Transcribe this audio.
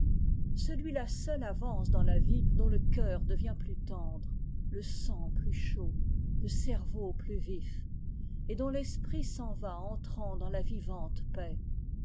celui-là seul avance dans la vie dont le coeur devient plus tendre le sang plus chaud le cerveau plus vif et dont l'esprit s'en va entrant dans la vivante paix